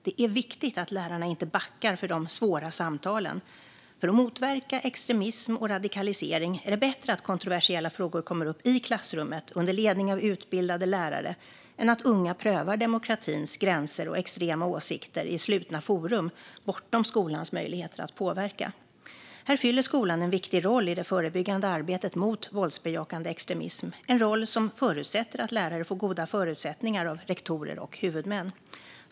Det är viktigt att lärarna inte backar för de svåra samtalen. För att motverka extremism och radikalisering är det bättre att kontroversiella frågor kommer upp i klassrummet under ledning av utbildade lärare än att unga prövar demokratins gränser och extrema åsikter i slutna forum bortom skolans möjligheter att påverka. Här fyller skolan en viktig roll i det förebyggande arbetet mot våldsbejakande extremism, en roll som förutsätter att lärare får goda förutsättningar av rektorer och huvudmän.